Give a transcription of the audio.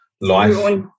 life